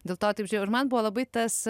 dėl to taip žiūrėjau ir man buvo labai tas